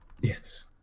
Yes